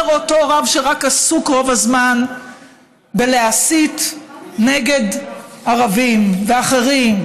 כך אומר אותו רב שרק עסוק רוב הזמן בלהסית נגד ערבים ואחרים.